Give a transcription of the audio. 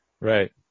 Right